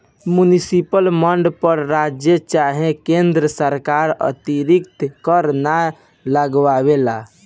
municipal bond पर राज्य चाहे केन्द्र सरकार अतिरिक्त कर ना लगावेला